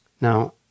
Now